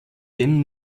denen